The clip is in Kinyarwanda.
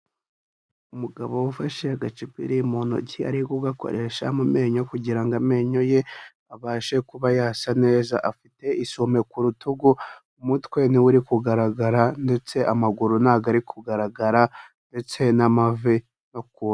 Umugabo ufashe agacepiri mu ntoki ari ugakoresha mu menyo kugira ngo amenyo ye abashe kuba yasa neza. Afite isume k'urutugu, umutwe nturi kugaragara ndetse amaguru ntabwogo ari kugaragara ndetse n'amavi bakunda.